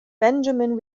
benjamin